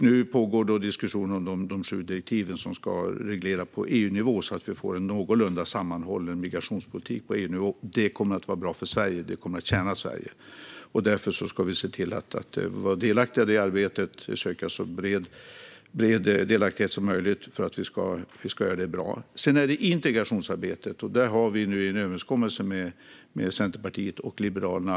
Nu pågår diskussion om de sju direktiv som på EU-nivå ska reglera att vi får en någorlunda sammanhållen migrationspolitik. Det kommer att vara bra för Sverige. Det kommer att tjäna Sverige. Därför ska vi se till att vara delaktiga i det arbetet. Vi ska söka så bred delaktighet som möjligt för att det ska bli bra. Sedan är det integrationsarbetet. Där har vi nu en överenskommelse med Centerpartiet och Liberalerna.